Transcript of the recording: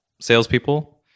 salespeople